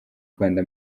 rwanda